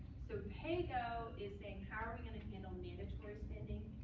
so paygo is saying, how are we going to handle mandatory spending?